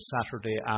Saturday